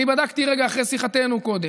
בדקתי רגע אחרי שיחתנו קודם,